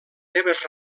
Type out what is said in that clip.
seves